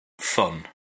fun